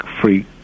free